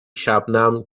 شبنم